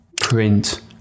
print